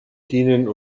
dienen